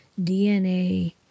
DNA